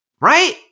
Right